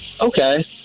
Okay